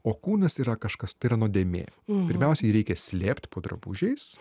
o kūnas yra kažkas tai yra nuodėmė pirmiausia jį reikia slėpt po drabužiais